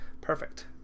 Perfect